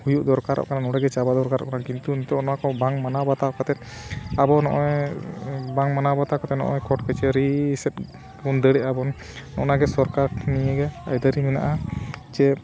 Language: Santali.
ᱦᱩᱭᱩᱜ ᱫᱚᱨᱠᱟᱨᱚᱜ ᱠᱟᱱᱟ ᱱᱚᱸᱰᱮ ᱜᱮ ᱪᱟᱵᱟ ᱫᱚᱨᱠᱟᱨᱚᱜ ᱠᱟᱱᱟ ᱠᱤᱱᱛᱩ ᱱᱤᱛᱳᱜ ᱚᱱᱟᱠᱚ ᱵᱟᱝ ᱢᱟᱱᱟᱣ ᱵᱟᱛᱟᱣ ᱠᱟᱛᱮᱫ ᱟᱵᱚ ᱱᱚᱜᱼᱚᱭ ᱵᱟᱝ ᱢᱟᱱᱟᱣ ᱵᱟᱛᱟᱣ ᱠᱟᱛᱮᱫ ᱱᱚᱜᱼᱚᱭ ᱠᱳᱨᱴ ᱠᱟᱪᱷᱟᱨᱤ ᱥᱮᱫ ᱵᱚᱱ ᱫᱟᱹᱲᱮᱫᱟ ᱵᱚᱱ ᱚᱱᱟᱜᱮ ᱥᱚᱨᱠᱟᱨ ᱱᱤᱭᱟᱹᱜᱮ ᱟᱹᱭᱫᱟᱹᱨᱤ ᱢᱮᱱᱟᱜᱼᱟ ᱡᱮ